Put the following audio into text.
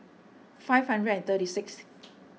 five hundred and thirty sixth